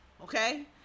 okay